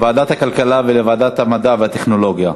לוועדת הכלכלה ולוועדת המדע והטכנולוגיה.